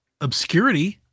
obscurity